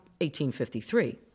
1853